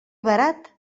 barat